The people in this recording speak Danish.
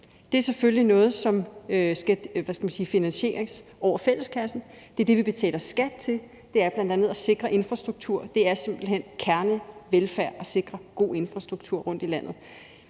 Det er selvfølgelig noget, som skal finansieres over fælleskassen. Det, vi betaler skat til, er bl.a. at sikre infrastruktur, det er simpelt hen kernevelfærd at sikre god infrastruktur rundtomkring i landet.